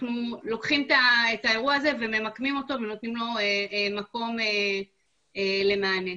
לוקחים את האירוע וממקמים אותו ונותנים לו מקום למענה.